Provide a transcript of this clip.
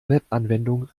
webanwendung